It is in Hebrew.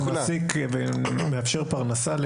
בנוסח שהיום מוצע, זה לא מופיע.